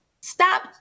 Stop